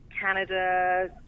Canada